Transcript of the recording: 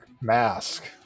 mask